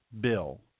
bill